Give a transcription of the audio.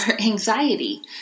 anxiety